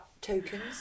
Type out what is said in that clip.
tokens